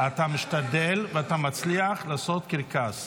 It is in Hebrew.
אתה משתדל ואתה מצליח לעשות קרקס.